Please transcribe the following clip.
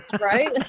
Right